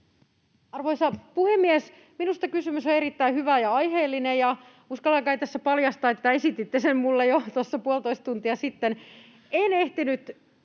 Arvoisa puhemies! Minusta kysymys on erittäin hyvä ja aiheellinen, ja uskallan kai tässä paljastaa, että esititte sen minulle jo tuossa puolitoista tuntia sitten. Kahdesta